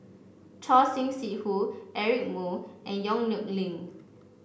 Choor Singh Sidhu Eric Moo and Yong Nyuk Lin